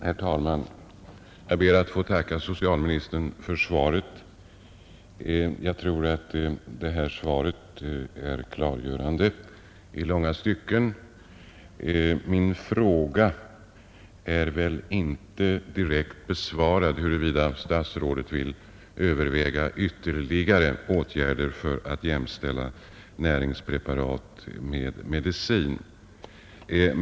Herr talman! Jag ber att få tacka socialministern för svaret. Jag tror att det här svaret är klargörande i långa stycken. Min fråga, huruvida statsrådet vill överväga ytterligare åtgärder för att jämställa näringspreparat med medicin, är väl inte direkt besvarad.